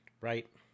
Right